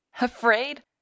Afraid